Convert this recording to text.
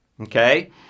okay